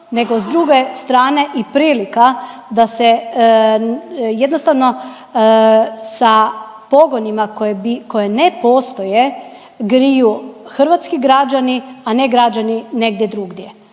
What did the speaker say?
nego s druge strane i prilika da se jednostavno sa pogonima koji ne postoje griju hrvatski građani, a ne građani negdje drugdje.